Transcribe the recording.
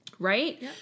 right